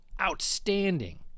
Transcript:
outstanding